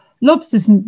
lobsters